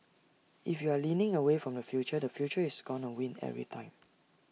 if you're leaning away from the future the future is gonna win every time